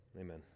Amen